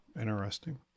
Interesting